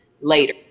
later